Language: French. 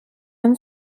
une